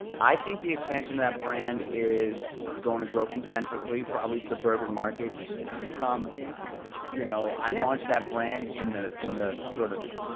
i think the expansion of that brand is gonna grow concentrically, probably suburban markets. it's it's become you know i launched that brand in the the sort of,